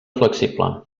flexible